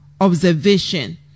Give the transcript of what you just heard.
observation